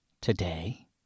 today